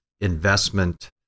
investment